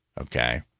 Okay